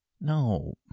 No